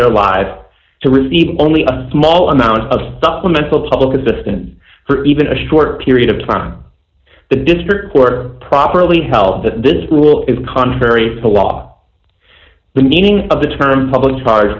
their lives to receive only a small amount of suffering mental public assistance for even a short period of time the district court properly held that this rule is contrary to law the meaning of the term public charge